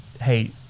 hey